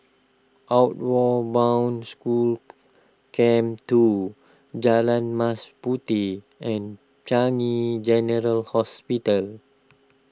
Outward Bound School Camp two Jalan Mas Puteh and Changi General Hospital